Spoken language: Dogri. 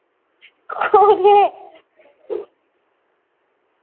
ओह् केह्